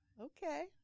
Okay